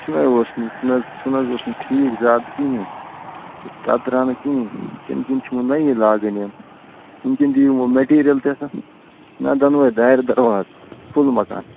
سُہ نَے اوس نہٕ سُہ نہ حظ سُہ نہ حظ اوس نہٕ ٹھیٖک زیادٕ کِہیٖنۍ تہٕ تَتھ درٛاو نہٕ کِہیٖنۍ تٔمۍ کِنۍ چھِ وۄنۍ نٔیی لاگٕنۍ یِم تٔمۍ کِنۍ دِیِو وۄنۍ میٚٹیٖریَل تہِ اصٕل نہ دۄنوَے دارِ درواز فُل مکان